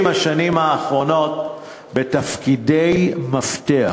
ב-30 השנים האחרונות בתפקידי מפתח,